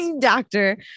doctor